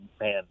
man